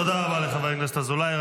תודה רבה לחבר הכנסת אזולאי.